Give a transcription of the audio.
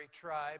tribe